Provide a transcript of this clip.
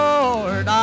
Lord